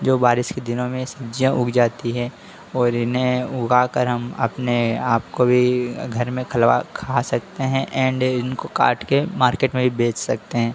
जो बारिश के दिनों में सब्जियाँ उग जाती हैं और इन्हें उगाकर हम अपने आपको भी घर में खुलवा खा सकते हैं ऐन्ड इनको काट कर मार्केट में भी बेच सकते हें